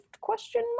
question